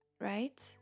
Right